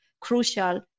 crucial